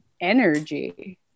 energy